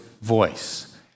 voice